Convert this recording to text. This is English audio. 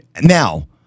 now